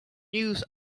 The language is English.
used